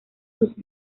sus